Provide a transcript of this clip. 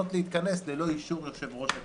להתכנס ללא אישור יושב-ראש הכנסת,